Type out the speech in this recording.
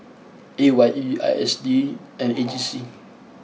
A Y E I S D and A G C